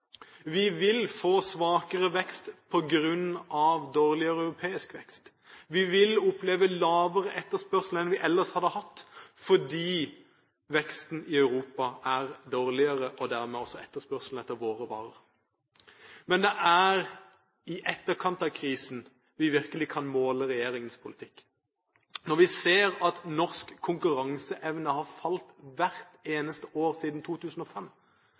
Vi vil få svakere vekst på grunn av dårligere europeisk vekst. Vi vil oppleve lavere etterspørsel enn vi ellers hadde hatt, fordi veksten i Europa er dårligere, og dermed også etterspørselen etter våre varer. Men det er i etterkant av krisen vi virkelig kan måle regjeringens politikk. Når vi ser at norsk konkurranseevne har falt hvert eneste år siden 2005,